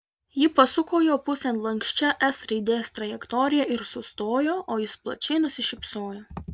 ji pasuko jo pusėn lanksčia s raidės trajektorija ir sustojo o jis plačiai nusišypsojo